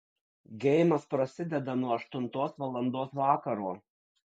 geimas prasideda nuo aštuntos valandos vakaro